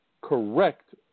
correct